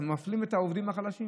אנחנו מפלים את העובדים החלשים.